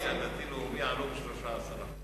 הדתי-לאומי עלו ב-13%,